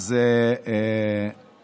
אנחנו